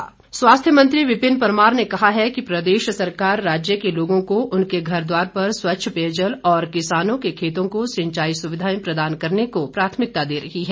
विपिन परमार स्वास्थ्य मंत्री विपिन परमार ने कहा है कि प्रदेश सरकार राज्य के लोगों को उनके घर द्वार पर स्वच्छ पेयजल और किसानों के खेतों को सिंचाई सुविधाएं प्रदान करने को प्राथमिकता दे रही हैं